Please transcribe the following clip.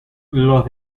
los